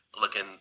looking